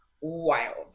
wild